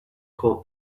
call